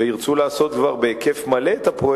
וירצו לעשות כבר את הפרויקט בהיקף מלא,